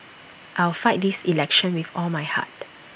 I will fight this election with all my heart